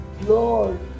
Lord